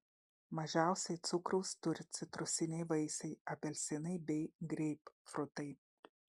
mažiausiai cukraus turi citrusiniai vaisiai apelsinai bei greipfrutai